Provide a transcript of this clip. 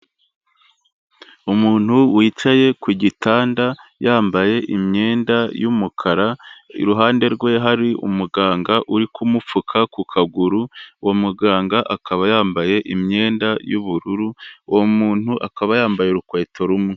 Umuntu wicaye ku gitanda, yambaye imyenda y'umukara, iruhande rwe hari umuganga uri kumupfuka ku kaguru, uwo muganga akaba yambaye imyenda y'ubururu, uwo muntu akaba yambaye urukweto rumwe.